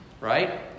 right